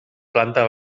planta